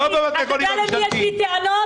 לא --- פינדרוס, אתה יודע למי יש לי טענות?